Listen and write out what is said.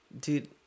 Dude